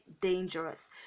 dangerous